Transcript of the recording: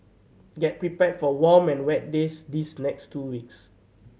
get prepared for warm and wet days these next two weeks